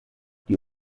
die